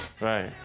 Right